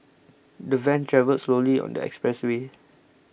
the van travelled slowly on the expressway